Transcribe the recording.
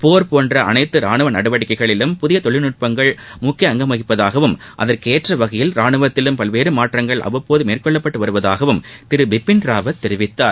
போர் போன்ற அனைத்து ரானுவ நடவடிக்கைகளிலும் புதிய தொழில்நுட்பங்கள் முக்கிய அங்கம் வகிப்பதாகவும் அதற்கேற்ற வகையில் ரானுவத்திலும் பல்வேறு மாற்றங்கள் அவ்வப்போது மேற்கொள்ளப்பட்டு வருவதாகவும் திரு பிபின் ராவத் தெரிவித்தார்